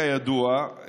כידוע,